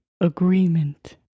agreement